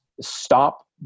stop